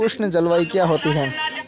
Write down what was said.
उष्ण जलवायु क्या होती है?